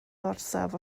orsaf